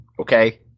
okay